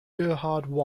gerhard